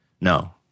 No